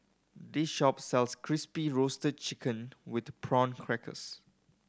this shop sells Crispy Roasted Chicken with Prawn Crackers